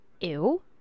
ew